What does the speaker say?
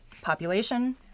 population